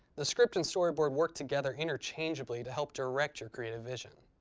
the script and storyboard work together interchangeably to help direct your creative vision.